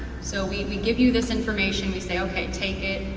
so we we give you this information, we say okay take it,